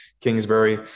Kingsbury